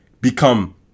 become